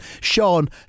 Sean